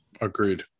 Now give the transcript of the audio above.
Agreed